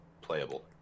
playable